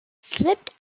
slipped